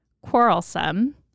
quarrelsome